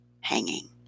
hanging